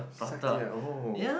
suck it up oh